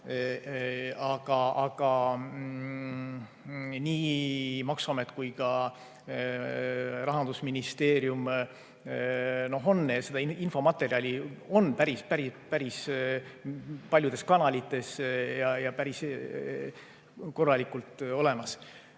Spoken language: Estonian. aga nii maksuamet kui ka Rahandusministeerium – seda infomaterjali on päris paljudes kanalites ja päris korralikult olemas.